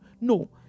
no